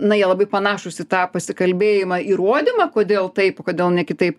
na jie labai panašūs į tą pasikalbėjimą įrodymą kodėl taip o kodėl ne kitaip